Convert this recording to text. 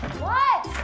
what?